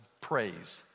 praise